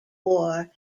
war